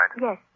Yes